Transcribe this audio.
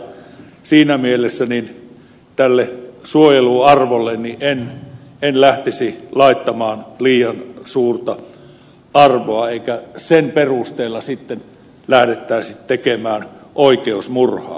siinä mielessä suojeluarvolle en lähtisi laittamaan liian suurta arvoa eikä sen perusteella lähdettäisi tekemään oikeusmurhaa